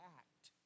act